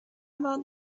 about